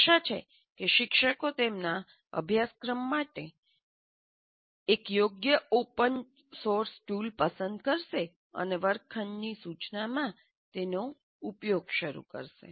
આશા છે કે શિક્ષકો તેમના અભ્યાસક્રમ માટે યોગ્ય એક ઓપન સોર્સ ટૂલ પસંદ કરશે અને વર્ગખંડની સૂચનામાં તેનો ઉપયોગ શરૂ કરશે